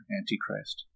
antichrist